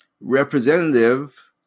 Representative